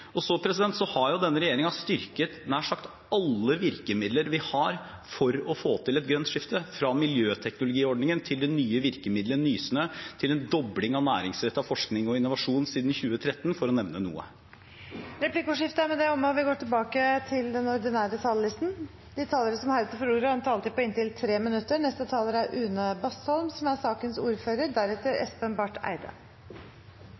enkeltbedrifter. Så har denne regjeringen styrket nær sagt alle virkemidler vi har for å få til et grønt skifte, fra miljøteknologiordningen til det nye virkemiddelet Nysnø til en dobling av næringsrettet forskning og innovasjon siden 2013, for å nevne noe. Replikkordskiftet er omme. De talere som heretter får ordet, har også en taletid på inntil 3 minutter. Vi er ved stortingsårets slutt, og jeg ønsker derfor å takke energi- og miljøkomiteen og Rødt for samarbeidet i denne sesjonen. Det er